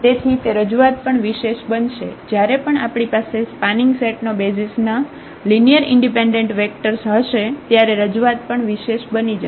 તેથી તે રજૂઆત પણ વિશેષ બનશે જ્યારે પણ આપણી પાસે સ્પાનિંગ સેટ નો બેસિઝ નો લિનિયરલી ઈન્ડિપેન્ડેન્ટ વેક્ટર્સ હશે ત્યારે રજૂઆત પણ વિશેષ બની જશે